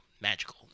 magical